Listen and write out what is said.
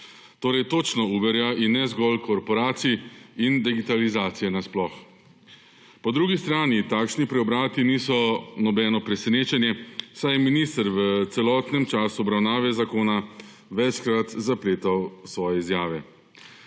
torej, točno Uberja in ne zgolj korporacij in digitalizacije nasploh. Po drugi strani takšni preobrati niso nobeno presenečenje, saj je minister v celotnem času obravnave zakona večkrat zapletal svoje izjave.